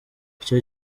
icyo